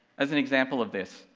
as an example of this,